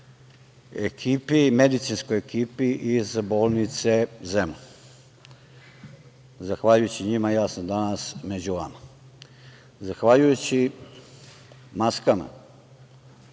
medicinskoj ekipi iz bolnice Zemun. Zahvaljujući njima, ja sam danas među vama. Zahvaljujući maskama,